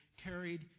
carried